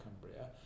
Cumbria